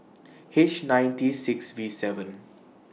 H nine T six V seven